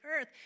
earth